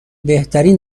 بهترین